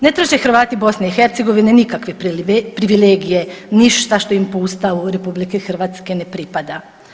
Ne traže Hrvati BiH nikakve privilegije, ništa što im po Ustavu RH ne pripada.